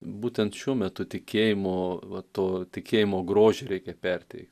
būtent šiuo metu tikėjimo va to tikėjimo grožį reikia perteikt